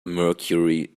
mercury